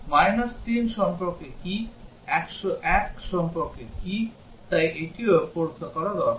3 সম্পর্কে কী 101 সম্পর্কে কী তাই এটিও পরীক্ষা করা দরকার